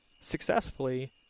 successfully